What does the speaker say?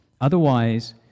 Otherwise